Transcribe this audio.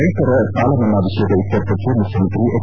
ರೈತರ ಸಾಲಮನ್ನಾ ವಿಷಯದ ಇತ್ತರ್ಥಕ್ಕೆ ಮುಖ್ಯಮಂತ್ರಿ ಎಚ್